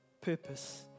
purpose